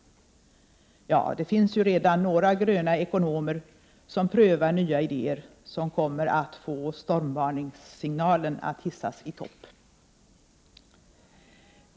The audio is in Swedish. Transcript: Ja, det finns ju redan några gröna ekonomer, som prövar nya idéer, som kommer att få stormvarningssignalen att hissas i topp.